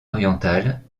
orientale